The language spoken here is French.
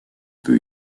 peu